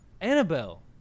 Annabelle